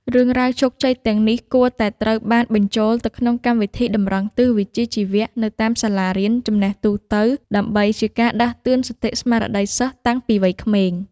រឿងរ៉ាវជោគជ័យទាំងនេះគួរតែត្រូវបានបញ្ចូលទៅក្នុងកម្មវិធីតម្រង់ទិសវិជ្ជាជីវៈនៅតាមសាលារៀនចំណេះទូទៅ ដើម្បីជាការដាស់តឿនសតិស្មារតីសិស្សតាំងពីវ័យក្មេង។